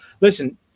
listen